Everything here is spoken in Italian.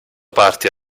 parte